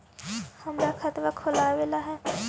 हमरा खाता खोलाबे ला है?